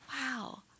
Wow